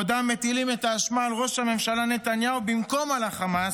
בעודם מטילים את האשמה על ראש הממשלה נתניהו במקום על החמאס,